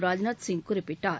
ராஜ்நாத் சிங் குறிப்பிட்டார்